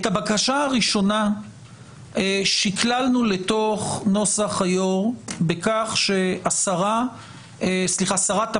את הבקשה הראשונה שכללנו לתוך נוסח היו"ר בכך ששרת הפנים,